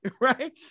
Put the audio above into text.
Right